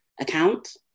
account